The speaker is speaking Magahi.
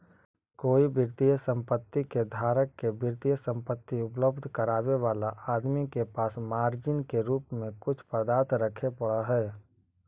कोई वित्तीय संपत्ति के धारक के वित्तीय संपत्ति उपलब्ध करावे वाला आदमी के पास मार्जिन के रूप में कुछ पदार्थ रखे पड़ऽ हई